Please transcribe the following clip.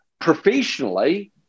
professionally